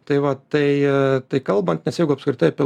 tai va tai tai kalbant nes jeigu apskritai apie